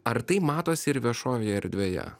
ar tai matosi ir viešojoje erdvėje